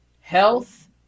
health